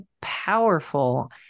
powerful